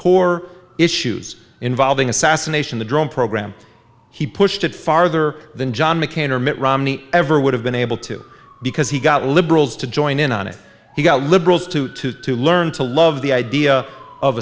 core issues involving assassination the drone program he pushed it farther than john mccain or mitt romney ever would have been able to because he got liberals to join in on it he got liberals to to to learn to love the idea of